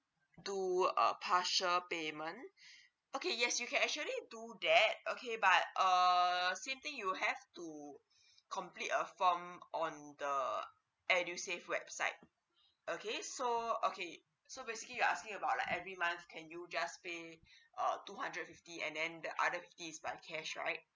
do a partial payment okay yes you can actually do that okay but err same thing you have to complete a form on the edusave website okay so okay so basically you're asking about like every month can you just pay err two hundred fifty and then the other fifty by cash right